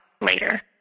later